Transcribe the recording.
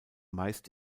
meist